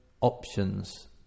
options